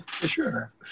Sure